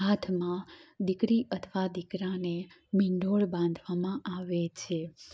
હાથમાં દીકરી અથવા દીકરાને મીંડોળ બાંધવામાં આવે છે